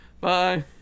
Bye